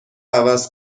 عوض